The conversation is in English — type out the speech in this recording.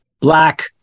Black